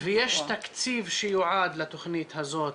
ויש תקציב שיועד לתוכנית הזאת,